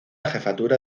jefatura